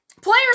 Player's